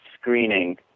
screening